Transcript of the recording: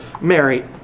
Mary